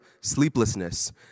sleeplessness